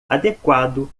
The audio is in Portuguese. adequado